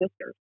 sisters